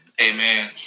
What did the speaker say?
Amen